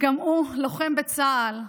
גם הוא לוחם בצה"ל.